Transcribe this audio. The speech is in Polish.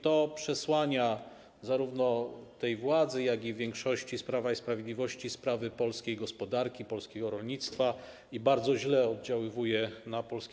To przesłania zarówno władzy, jak i większości z Prawa i Sprawiedliwości sprawy polskiej gospodarki, polskiego rolnictwa i bardzo źle oddziałuje na państwo polskie.